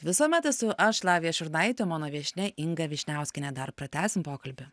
visuomet esu aš lavija šurnaitė o mano viešnia inga vyšniauskienė dar pratęsim pokalbį